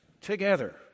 together